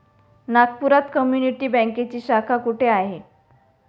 नागपुरात कम्युनिटी बँकेची शाखा कुठे आहे?